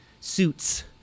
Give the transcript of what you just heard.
suits